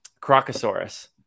Crocosaurus